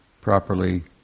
properly